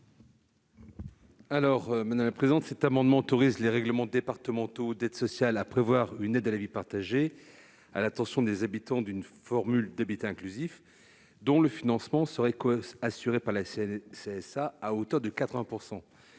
l'avis de la commission ? Cet amendement vise à autoriser les règlements départementaux d'aide sociale à prévoir une aide à la vie partagée à l'attention des habitants d'une formule d'habitat inclusif dont le financement serait coassuré par la CNSA à hauteur de 80